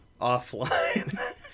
offline